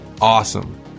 Awesome